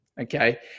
Okay